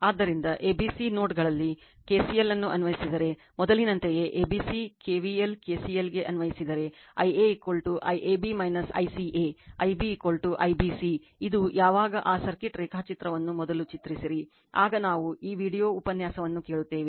ಆದ್ದರಿಂದ ABC ನೋಡ್ಗಳಲ್ಲಿ KCL ಅನ್ನು ಅನ್ವಯಿಸಿದರೆ ಮೊದಲಿನಂತೆಯೇ ABC KVL KCL ಗೆ ಅನ್ವಯಿಸಿದರೆ Ia IAB ICA Ib IBC ಇದು ಯಾವಾಗ ಆ ಸರ್ಕ್ಯೂಟ್ ರೇಖಾಚಿತ್ರವನ್ನು ಮೊದಲು ಚಿತ್ರಸಿರಿ ಆಗ ನಾವು ಈ ವೀಡಿಯೊ ಉಪನ್ಯಾಸವನ್ನುಕೇಳುತ್ತೇವೆ